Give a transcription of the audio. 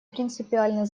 принципиальной